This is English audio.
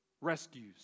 rescues